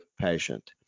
patient